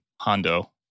Hondo